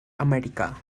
amerika